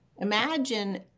imagine